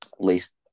least